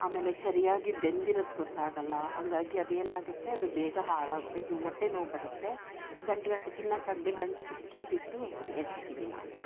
ಆಮೇಲೆ ಸರಿಯಾಗಿ ಬೆಂದಿರದು ಗೊತ್ತಾಗಲ್ಲ ಹಂಗಾಗಿ ಅದು ಏನಾಗುತ್ತೆ ಅದು ಬೇಗ ಹಾಳಾಗಿ ಇದು ಹೊಟ್ಟೆ ನೋವು ಬರುತ್ತೆ ಗಂಟು ಗಂಟು ತಿನ್ನಕ್ಕಾಗದೆ ಗಂಟು ಕಿತ್ತು ಕಿತ್ತಿಟ್ಟು ಎಸಿತೀವಿ ನಾವು